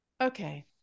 okay